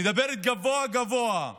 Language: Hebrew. שמדברת גבוהה-גבוהה